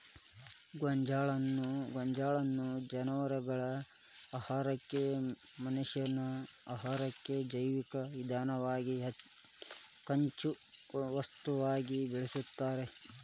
ಗೋಂಜಾಳನ್ನ ಜಾನವಾರಗಳ ಆಹಾರಕ್ಕ, ಮನಷ್ಯಾನ ಆಹಾರಕ್ಕ, ಜೈವಿಕ ಇಂಧನವಾಗಿ ಕಚ್ಚಾ ವಸ್ತುವಾಗಿ ಬಳಸ್ತಾರ